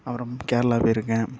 அப்புறம் கேரளா போயிருக்கேன்